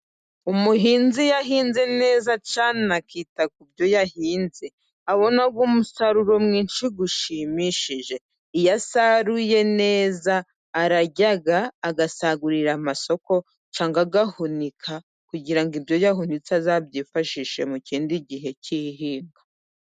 Umuhinzi yahinze neza cyane akita ku byo yahinze abona umusaruro mwinshi ushimishije. Iyo asaruye neza ararya agasagurira amasoko cyangwa agahunika kugira ibyo yahunitse azabyifashishe mu kindi gihe cy'ihinga.